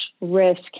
risk